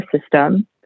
system